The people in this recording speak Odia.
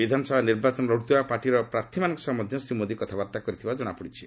ବିଧାନସଭା ନିର୍ବାଚନ ଲଢ଼ୁଥିବା ପାର୍ଟିର ପ୍ରାର୍ଥୀମାନଙ୍କ ସହ ମଧ୍ୟ ଶ୍ରୀ ମୋଦି କଥାବାର୍ତ୍ତା କରିଥିବା ଜଣାପଡ଼ିଛି